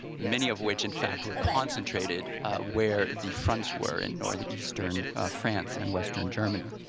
many of which, in fact, were concentrated where the fronts were in northeastern france and western germany.